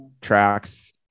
tracks